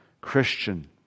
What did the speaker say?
Christian